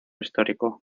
histórico